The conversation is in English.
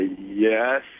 yes